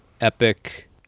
epic